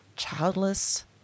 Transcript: Childless